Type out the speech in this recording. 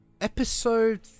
episode